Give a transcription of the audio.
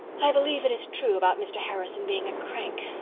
i believe it is true about mr. harrison being a crank.